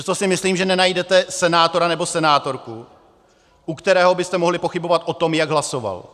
Přesto si myslím, že nenajdete senátora nebo senátorku, u kterého byste mohli pochybovat o tom, jak hlasoval.